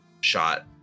shot